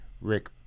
Rick